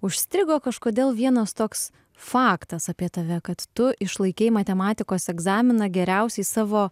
užstrigo kažkodėl vienas toks faktas apie tave kad tu išlaikei matematikos egzaminą geriausiai savo